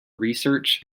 research